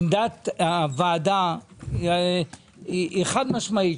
עמדת הוועדה היא חד-משמעית,